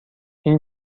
این